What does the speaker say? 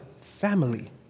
Family